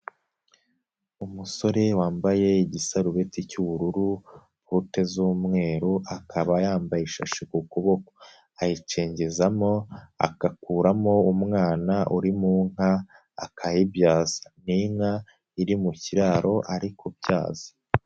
Umusore wambaye igisarubiti cy'ubururu bote z'umweru akaba yambaye ishashi mu kuboko, ayicengezamo agakuramo umwana uri mu nka akayibyaza, ni inka iri mu kiraro ari kubyaza.